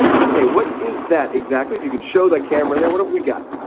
okay, what is that exactly? if you can show the camera there what have we got?